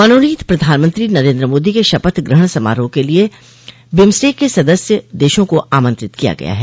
मनोनीत प्रधानमंत्री नरेन्द्र मोदी के शपथ ग्रहण समारोह के लिए बिम्सटेक के सदस्य देशों को आमंत्रित किया गया है